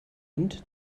und